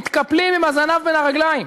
מתקפלים עם הזנב בין הרגליים.